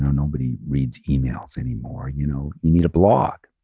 nobody reads emails anymore. you know you need a blog.